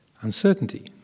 uncertainty